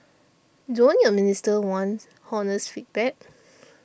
don't your ministers want honest feedback